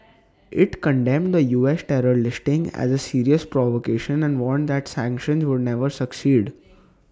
IT condemned the U S terror listing as A serious provocation and warned that sanctions would never succeed